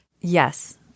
Yes